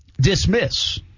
dismiss